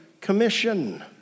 commission